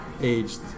aged